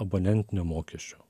abonentinio mokesčio